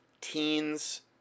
teens